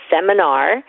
seminar